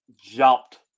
jumped